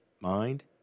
mind